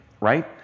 right